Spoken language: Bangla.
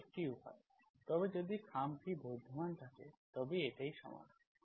এটি একটি উপায় তবে যদি খামটি বিদ্যমান থাকে তবে এটিই সমাধান